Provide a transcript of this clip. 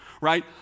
Right